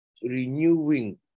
Renewing